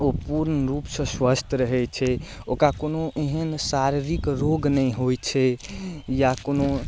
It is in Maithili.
ओ पूर्णरूपसँ स्वस्थ रहै छै ओकरा कोनो एहन शारीरिक रोग नहि होइ छै या कोनो